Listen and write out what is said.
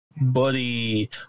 buddy